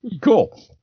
Cool